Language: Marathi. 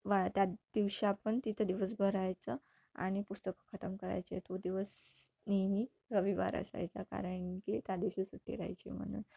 वा त्या दिवशी आपण तिथं दिवस भरायचं आणि पुस्तकं खतम करायचे तो दिवस नेहमी रविवार असायचा कारण की त्या दिवशी सुट्टी राहायचे म्हणून